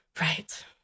right